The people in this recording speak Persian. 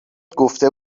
گفته